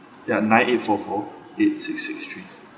YA nine eight four four eight six six three